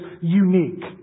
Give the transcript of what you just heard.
unique